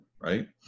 right